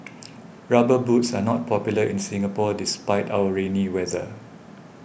rubber boots are not popular in Singapore despite our rainy weather